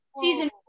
season